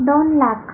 दोन लाख